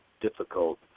difficult